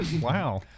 wow